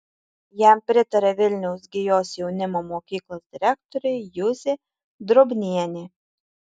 jam pritaria vilniaus gijos jaunimo mokyklos direktorė juzė drobnienė